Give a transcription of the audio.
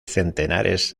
centenares